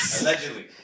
Allegedly